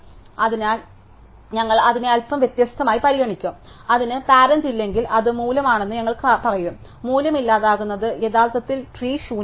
അതിനാൽ ഞങ്ങൾ അതിനെ അൽപ്പം വ്യത്യസ്തമായി പരിഗണിക്കും അതിനാൽ അതിന് പാരന്റ് ഇല്ലെങ്കിൽ അത് മൂലമാണെന്ന് ഞങ്ങൾ പറയും മൂല്യം ഇല്ലാതാക്കുന്നത് യഥാർത്ഥത്തിൽ ട്രീ ശൂന്യമാക്കും